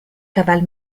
caval